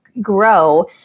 grow